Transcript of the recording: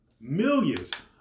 millions